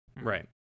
Right